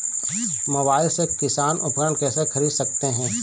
Mobile से किसान उपकरण कैसे ख़रीद सकते है?